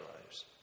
lives